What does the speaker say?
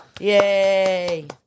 yay